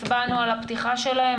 הצבענו על הפתיחה שלהם,